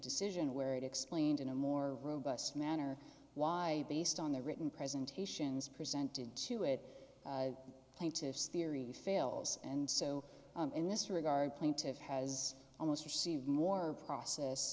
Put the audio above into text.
decision where it explained in a more robust manner why based on the written presentations presented to it plaintiff's theory fails and so in this regard plaintiff has almost received more process